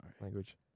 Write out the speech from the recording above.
Language